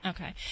Okay